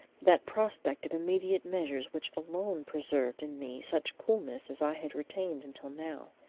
that prospect of immediate measures which alone preserved in me such coolness as i had retained until now.